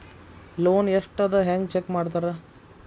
loan ಎಷ್ಟ್ ಅದ ಹೆಂಗ್ ಚೆಕ್ ಮಾಡ್ತಾರಾ